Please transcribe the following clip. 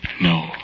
No